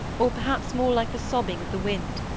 or perhaps more like the sobbing of the wind.